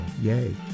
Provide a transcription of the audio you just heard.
Yay